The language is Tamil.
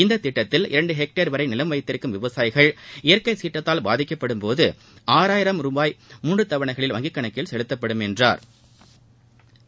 இந்த திட்டத்தில் இரண்டு ஹெக்டேர் வரை நிலம் வைத்திருக்கும் விவசாயிகள் இயற்கை சீற்றத்தால் பாதிக்கப்படும்போது ஆறாயிரம் ரூபாய் மூன்று தவணைகளில் வங்கிக் கணக்கில் செலுத்தப்படும் என்றாா்